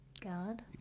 God